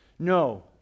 No